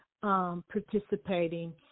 Participating